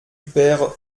perds